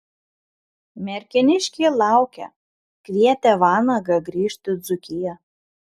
merkiniškiai laukia kvietė vanagą grįžti į dzūkiją